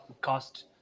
cost